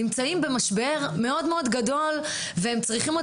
נמצאים במשבר מאוד מאוד גדול והם צריכים עוד